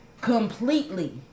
completely